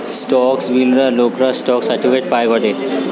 stock কিনলে লোকরা stock certificate পায় গটে